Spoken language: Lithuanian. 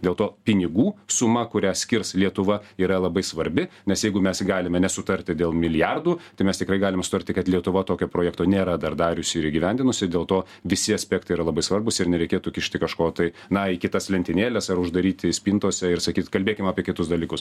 dėl to pinigų suma kurią skirs lietuva yra labai svarbi nes jeigu mes galime nesutarti dėl milijardų tai mes tikrai galime sutarti kad lietuva tokio projekto nėra dar dariusi ir įgyvendinusi dėl to visi aspektai yra labai svarbūs ir nereikėtų kišti kažko tai na į kitas lentynėles ar uždaryti spintose ir sakyt kalbėkim apie kitus dalykus